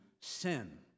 sin